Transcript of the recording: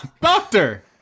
doctor